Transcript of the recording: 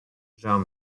žal